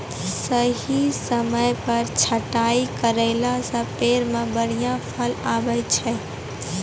सही समय पर छंटाई करला सॅ पेड़ मॅ बढ़िया फल आबै छै